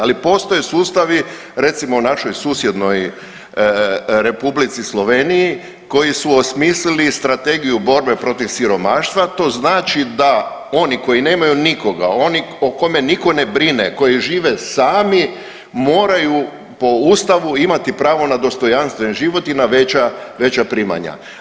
Ali postoje sustavi recimo u našoj susjednoj Republici Sloveniji koji su osmislili Strategiju borbe protiv siromaštva to znači da oni koji nemaju nikoga, oni o kome nitko ne brine, koji žive sami moraju po Ustavu imati pravo na dostojanstven život i na veća primanja.